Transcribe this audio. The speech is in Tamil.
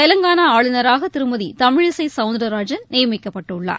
தெலங்கானா ஆளுநராக திருமதி தமிழிசை சவுந்தரராஜன் நியமிக்கப்பட்டுள்ளார்